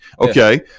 okay